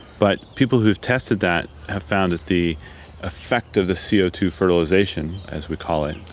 but people who've tested that have found that the effect of the c o two fertilisation, as we call it,